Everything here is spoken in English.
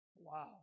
Wow